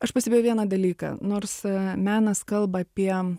aš pastebėjau vieną dalyką nors menas kalba apie